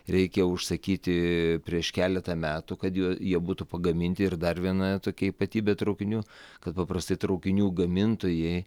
reikia užsakyti prieš keletą metų kad juo jie būtų pagaminti ir dar viena tokia ypatybė traukinių kad paprastai traukinių gamintojai